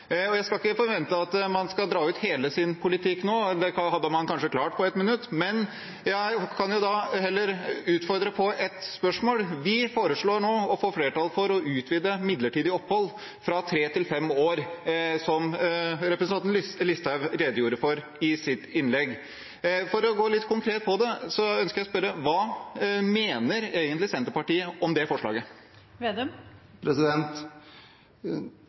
Jeg skal ikke forvente at man skal dra ut hele sin politikk nå – det hadde man kanskje klart på et minutt – men jeg kan heller utfordre på ett spørsmål. Vi foreslår nå – og prøver å få flertall for – å utvide midlertidig opphold fra tre til fem år, noe representanten Listhaug redegjorde for i sitt innlegg. For å gå litt konkret inn på det ønsker jeg å spørre: Hva mener egentlig Senterpartiet om det forslaget?